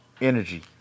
energy